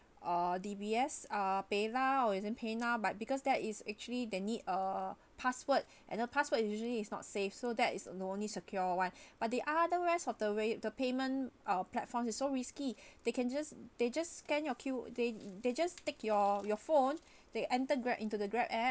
uh D_B_S uh paynow isn't paynow but because there is actually the need uh password and a password is usually not safe so that is the only secure one but the other apps of the way the payment uh platform is so risky they can just they just scan your q~ they they just take your your phone they enter grab into the grab app